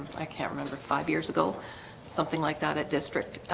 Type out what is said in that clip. i can't remember five years ago something like that at district